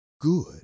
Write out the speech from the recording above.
Good